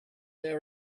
there